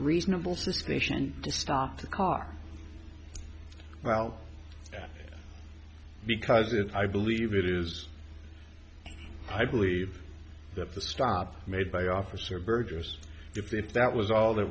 reasonable suspicion to stop the car well because if i believe it is i believe that the stop made by officer burgess if that was all th